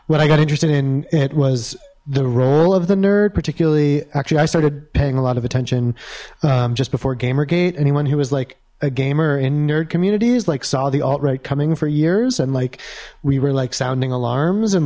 when i got interested in it was the role of the nerd particularly actually i started paying a lot of attention just before gamergate anyone who was like a gamer in nerd communities like saw the alt right coming for years and like we were like sounding alarms and